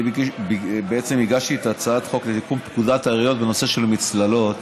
אני בעצם הגשתי את הצעת החוק לתיקון פקודת העיריות בנושא של מצללות